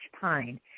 pine